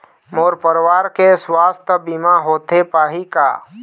मोर परवार के सुवास्थ बीमा होथे पाही का?